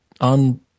on